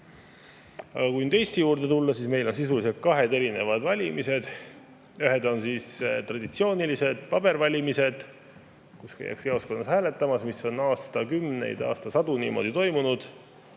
Aga kui nüüd Eesti juurde tulla, siis meil on sisuliselt kahed erinevad valimised. Ühed on traditsioonilised pabervalimised, kui käiakse jaoskonnas hääletamas, mis on aastakümneid ja aastasadu niimoodi toimunud.